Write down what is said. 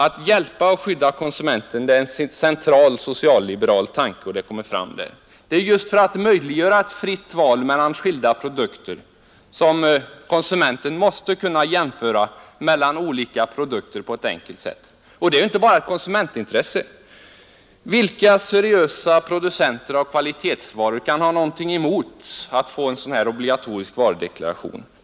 Att hjälpa och skydda konsumenten är en central socialliberal tanke, och den kommer fram där. Det är just för att möjliggöra ett fritt val mellan skilda produkter som konsumenten måste kunna jämföra olika produkter på ett enkelt sätt. Detta är inte bara ett konsumentintresse. Vilka seriösa producenter av kvalitetsvaror kan ha någonting emot att man får en sådan här obligatorisk varudeklaration?